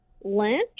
Lynch